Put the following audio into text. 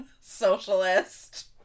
socialist